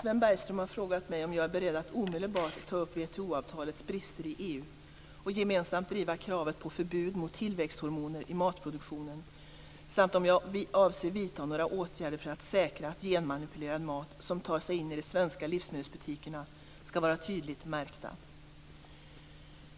Sven Bergström har frågat mig om jag är beredd att omedelbart ta upp WTO-avtalets brister i EU och gemensamt driva kravet på förbud mot tillväxthormoner i matproduktionen samt om jag avser vidta några åtgärder för att säkra att genmanipulerad mat som tar sig in i de svenska livsmedelsbutikerna skall vara tydligt märkt.